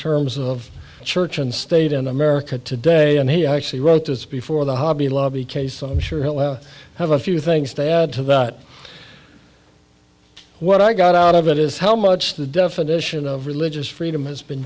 terms of church and state in america today and he actually wrote this before the hobby lobby case i'm sure i have a few things to add to that what i got out of it is how much the definition of religious freedom has been